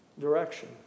direction